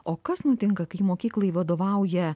o kas nutinka kai mokyklai vadovauja